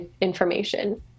information